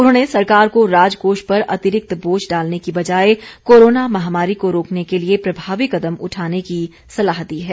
उन्होंने सरकार को राजकोष पर अतिरिक्त बोझ डालने की वजाए कोरोना महामारी को रोकने के लिए प्रभावी कदम उठाने की सलाह दी है